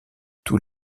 tous